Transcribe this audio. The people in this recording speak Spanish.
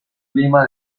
clima